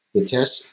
the test,